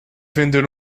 vender